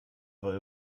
war